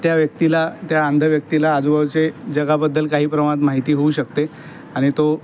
त्या अंध व्यक्तीला आजूबाजूचे जगाबद्दल काही प्रमाणात माहिती होऊ शकते आणि तो